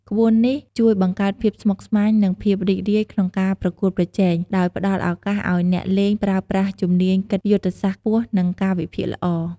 ក្បួននេះជួយបង្កើតភាពស្មុគស្មាញ និងភាពរីករាយក្នុងការប្រកួតប្រជែង ដោយផ្តល់ឱកាសឲ្យអ្នកលេងប្រើប្រាស់ជំនាញគិតយុទ្ធសាស្ត្រខ្ពស់ និងការវិភាគល្អ។